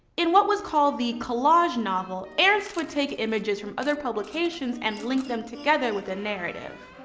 in what was called the collage novel ernst would take images from other publications and link them together with a narrative.